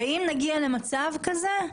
אם נגיע למצב כזה,